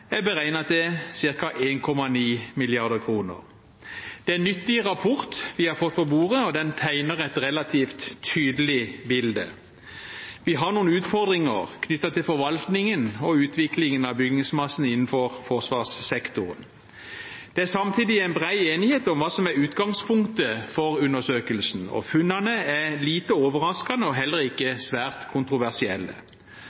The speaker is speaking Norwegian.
Det er en nyttig rapport vi har fått på bordet, og den tegner et relativt tydelig bilde. Vi har noen utfordringer knyttet til forvaltningen og utviklingen av bygningsmassen innenfor forsvarssektoren. Det er samtidig en bred enighet om hva som er utgangspunktet for undersøkelsen, og funnene er lite overraskende og heller